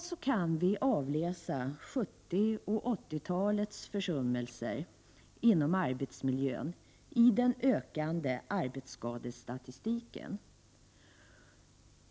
I dag kan vi avläsa 70 och 80-talets försummelser inom arbetsmiljön i den försämrade arbetsskadestatistiken.